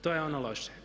To je ono loše.